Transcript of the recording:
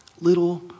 Little